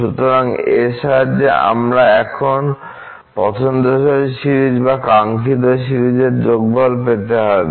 সুতরাং এর সাহায্যে আমাদের এখন পছন্দসই সিরিজ বা কাঙ্ক্ষিত সিরিজের যোগফল পেতে হবে